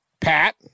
Pat